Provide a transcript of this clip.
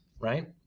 right